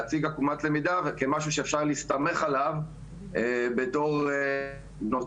להציג עקומת למידה כמשהו שאפשר להסתמך עליו בתור מדיניות.